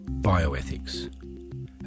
bioethics